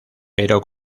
pero